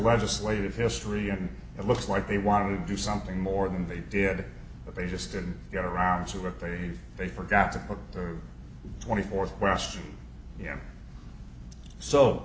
legislative history and it looks like they want to do something more than they did but they just didn't get around to it then they forgot to put the twenty fourth question yeah so